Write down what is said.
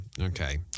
Okay